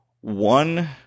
one